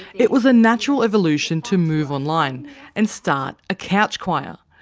it was a natural evolution to move online and start a couch choir.